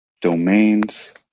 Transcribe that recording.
domains